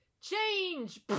Change